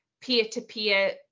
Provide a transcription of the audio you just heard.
peer-to-peer